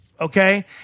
Okay